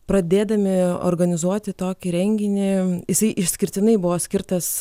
pradėdami organizuoti tokį renginį jisai išskirtinai buvo skirtas